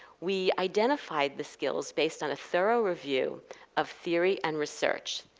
we identified the skills based on a thorough review of theory and research.